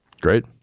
Great